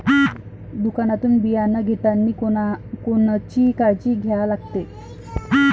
दुकानातून बियानं घेतानी कोनची काळजी घ्या लागते?